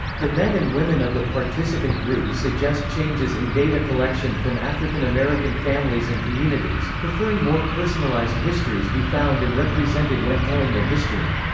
the men and women of the participant group suggest changes in data collection from african american families and communities, preferring more personalized histories be found and represented when telling their history.